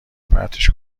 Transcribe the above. پرتش